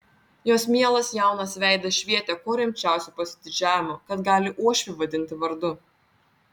jos mielas jaunas veidas švietė kuo rimčiausiu pasididžiavimu kad gali uošvį vadinti vardu